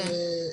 גבירתי.